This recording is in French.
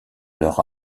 leur